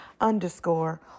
underscore